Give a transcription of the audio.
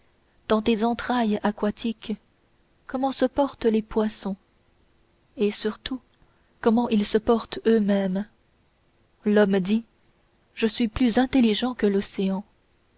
dans tes entrailles aquatiques comment se portent les poissons et surtout comment ils se portent eux-mêmes l'homme dit je suis plus intelligent que l'océan